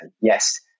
Yes